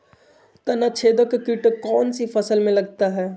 तनाछेदक किट कौन सी फसल में लगता है?